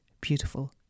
beautiful